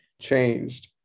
changed